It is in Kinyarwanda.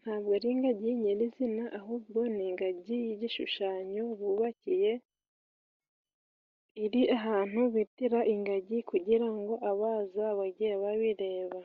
ntabwo ari ingagi nyirizina. Ahubwo ni ingagi y'igishushanyo bubakiye iri ahantu bitira ingagi, kugira ngo abaza bajye babireba.